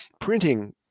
printing